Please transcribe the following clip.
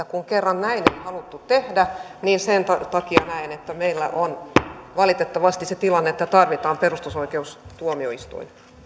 kun kerran näin ei haluttu tehdä niin sen takia näen että meillä on valitettavasti se tilanne että tarvitaan perustuslakituomioistuinta